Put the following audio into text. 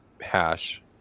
hash